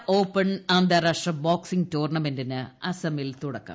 India Open അന്താരാഷ്ട്ര ബോക്സിംഗ് ടൂർണമെന്റിന് അസമിൽ തുടക്കം